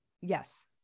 yes